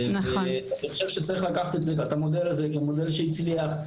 אני חושב שצריך לקחת את זה ואת המודל הזה כמודל שהצליח,